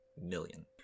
million